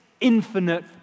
infinite